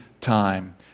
time